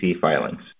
filings